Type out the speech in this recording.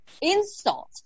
insult